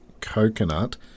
coconut